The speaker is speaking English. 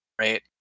right